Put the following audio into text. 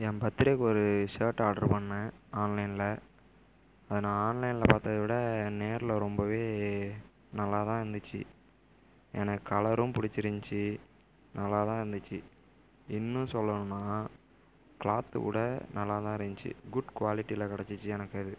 என் பர்த்ரேவுக்கு ஒரு shirt order பண்ணேன் ஆன்லைனில் அது நான் ஆன்லைனில் பார்த்தத விட நேரில் ரொம்பவே நல்லா தான் இருந்துச்சி எனக் கலரும் பிடிச்சிருந்துச்சி நல்லா தான் இருந்துச்சி இன்னும் சொல்லணுன்னா க்ளாத்து கூட நல்லா தான் இருந்துச்சு குட் குவாலிட்டியில் கிடச்சிச்சி எனக்கு அது